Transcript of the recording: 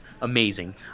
amazing